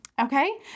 Okay